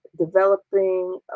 developing